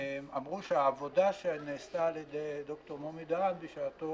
אמרו שהעבודה שנעשתה על ידי ד"ר מומי דהן בשעתו